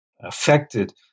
affected